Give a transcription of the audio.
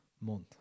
month